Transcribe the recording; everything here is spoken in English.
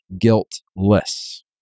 guiltless